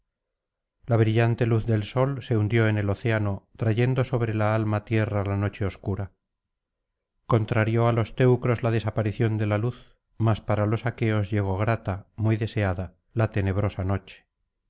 la brillante luz del sol se hundió en el océano trayendo sobre la alma tierra la noche obscura contrarió á los teucros la desaparición de la luz mas para los aqueos llegó grata muy deseada la tenebrosa noche